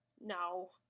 No